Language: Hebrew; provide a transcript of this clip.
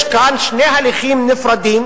יש כאן שני הליכים נפרדים,